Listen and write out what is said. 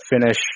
finish